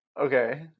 okay